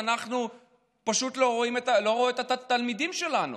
אנחנו לא רואות את התלמידים שלנו,